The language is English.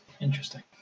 Interesting